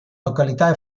località